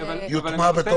יוטמע?